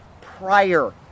prior